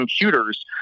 computers